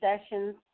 sessions